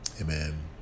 Amen